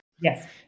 Yes